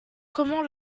comment